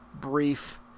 brief